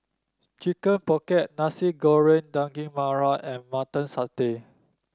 Chicken Pocket Nasi Goreng Daging Merah and Mutton Satay